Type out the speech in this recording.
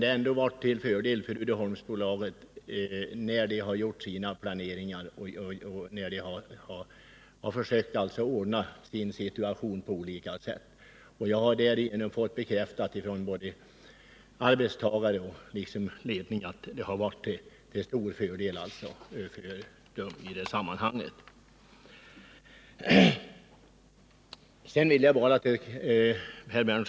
Det har ändock varit till fördel för Uddeholmsbolaget när detta gjort sina planeringar och när det försökt att ordna sin situation på alla sätt. Jag har fått bekräftat från både arbetstagare och ledning att det varit till stor fördel i dessa sammanhang.